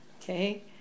okay